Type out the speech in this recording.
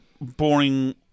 boring